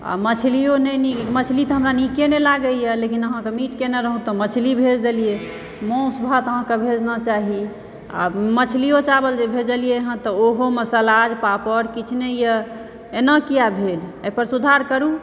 आ मछलियो नहि नीक मछली तऽ हमरा नीके नहि लागैया लेकिन अहाँकेँ मिट केने रहौ तऽ मछली भेज देलियै मासु भात अहाँकेॅं भेजना चाही आ मछलियो चावल जे भेजलियै हँ तऽ ओहोमे सलाद पापड़ किछु नहि यऽ एना किया भेल एहिपर सुधार करु